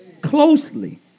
closely